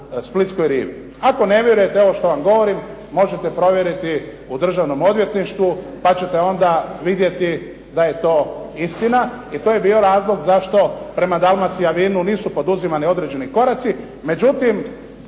Splitskoj rivi. Ako ne vjerujete ovo što vam govorim, možete provjeriti u Državnom odvjetništvu, pa ćete onda vidjeti da je to istina i to je bio razlog zašto prema "Dalmacija vinu" nisu poduzimani određeni koraci. Međutim,